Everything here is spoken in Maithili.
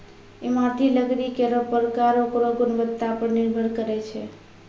इमारती लकड़ी केरो परकार ओकरो गुणवत्ता पर निर्भर करै छै